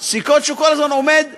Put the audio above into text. סיכות, שהוא כל הזמן עומד ואומר,